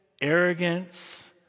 arrogance